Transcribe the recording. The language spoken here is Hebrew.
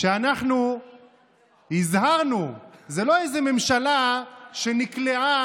שאנחנו הזהרנו, זו לא איזו ממשלה שנקלעה